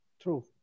True